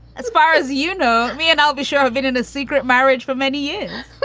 as far as you know me. and i'll be sure of it in a secret marriage for many years you